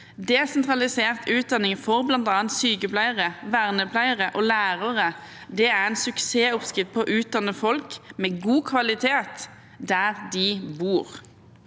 Desentralisert utdanning for bl.a. sykepleiere, vernepleiere og lærere er en suksessoppskrift på å utdanne folk med god kvalitet der de bor.